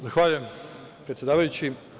Zahvaljujem, predsedavajući.